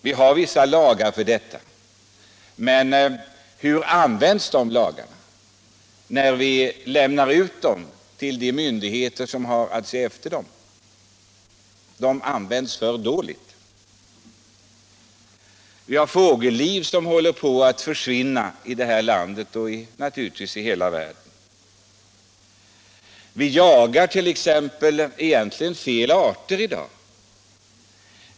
Vi har vissa lagar mot detta, men hur används de lagarna av de myndigheter som har att bevaka dessa områden? De används för dåligt. Delar av fågellivet håller på att försvinna i vårt land och i hela världen. Vi jagar egentligen fel arter i dag.